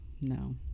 no